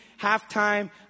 halftime